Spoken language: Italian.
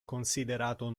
considerato